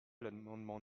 l’amendement